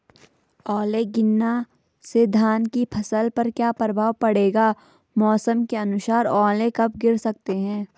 ओले गिरना से धान की फसल पर क्या प्रभाव पड़ेगा मौसम के अनुसार ओले कब गिर सकते हैं?